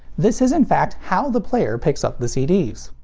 this is in fact how the player picks up the cds.